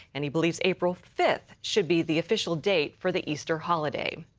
and he believes april fifth should be the official date for the easter holiday.